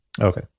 okay